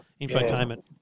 infotainment